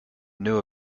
knew